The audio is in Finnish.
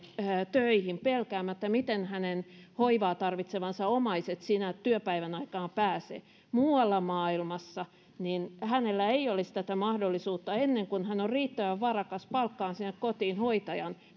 töihin pelkäämättä miten hänen hoivaa tarvitsevat omaisensa siinä työpäivän aikaan pärjäävät muualla maailmassa hänellä ei olisi tätä mahdollisuutta ennen kuin hän on riittävän varakas palkkaamaan sinne kotiin hoitajan